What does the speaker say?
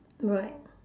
right